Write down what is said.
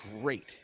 great